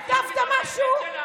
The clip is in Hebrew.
כתבת משהו?